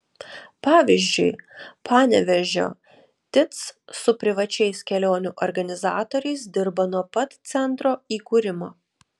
pavyzdžiui panevėžio tic su privačiais kelionių organizatoriais dirba nuo pat centro įkūrimo